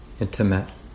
Intimate